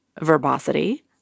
verbosity